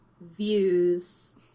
views